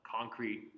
concrete